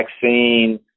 vaccine